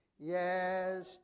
Yes